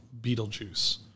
*Beetlejuice*